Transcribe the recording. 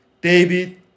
David